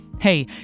Hey